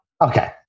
Okay